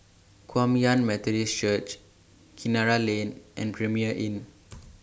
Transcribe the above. Kum Yan Methodist Church Kinara Lane and Premier Inn